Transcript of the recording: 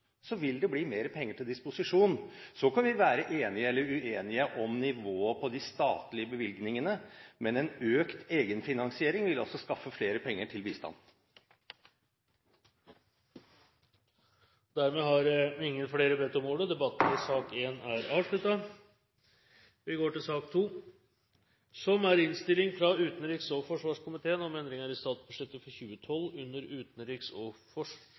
så stor forvirring rundt forslaget. Det jeg sier, er at hvis man får en økt egenfinansiering i organisasjonene, vil det bli mer penger til disposisjon. Vi kan være enige eller uenige om nivået på de statlige bevilgningene, men en økt egenfinansiering vil skaffe flere penger til bistand. Flere har ikke bedt om ordet til sak nr. 1. Ingen har bedt om ordet. Etter ønske fra